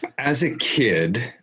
as a kid,